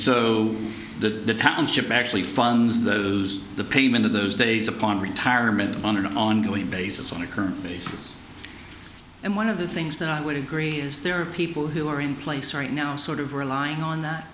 so the township actually funds those the payment of those days upon retirement on an ongoing basis on a current basis and one of the things that i would agree is there are people who are in place right now sort of relying on that